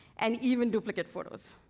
and even duplicate photos.